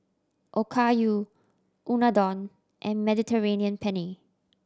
Okayu Unadon and Mediterranean Penne